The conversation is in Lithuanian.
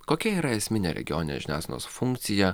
kokia yra esminė regioninės žiniasklaidos funkcija